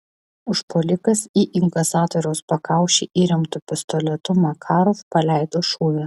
užpuolikas į inkasatoriaus pakaušį įremtu pistoletu makarov paleido šūvį